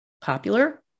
popular